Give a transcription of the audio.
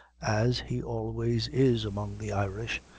as he always is among the irish,